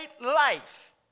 life